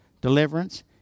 deliverance